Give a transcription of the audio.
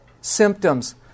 symptoms